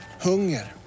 hunger